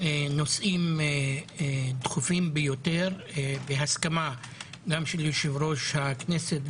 נושאים דחופים ביותר בהסכמה גם של יושב-ראש הכנסת,